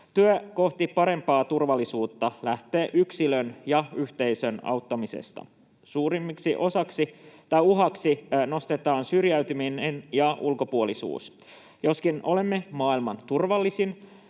Työ kohti parempaa turvallisuutta lähtee yksilön ja yhteisön auttamisesta. Suurimmaksi uhaksi nostetaan syrjäytyminen ja ulkopuolisuus. Vaikka olemme maailman turvallisin